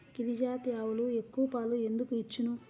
గిరిజాతి ఆవులు ఎక్కువ పాలు ఎందుకు ఇచ్చును?